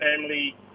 family